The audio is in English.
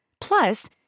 Plus